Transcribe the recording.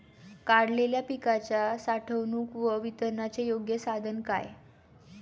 काढलेल्या पिकाच्या साठवणूक व वितरणाचे योग्य साधन काय?